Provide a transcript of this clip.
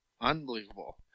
unbelievable